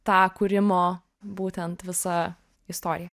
tą kūrimo būtent visą istoriją